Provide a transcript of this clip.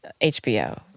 HBO